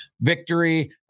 victory